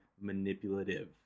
manipulative